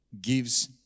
gives